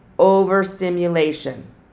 Overstimulation